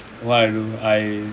what I do I